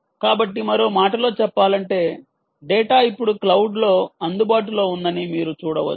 కాబట్టి మరో మాటలో చెప్పాలంటే డేటా ఇప్పుడు క్లౌడ్లో అందుబాటులో ఉందని మీరు చూడవచ్చు